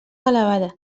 elevada